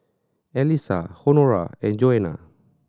Elissa Honora and Joana